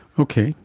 okay,